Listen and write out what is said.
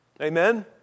Amen